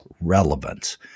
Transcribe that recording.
relevance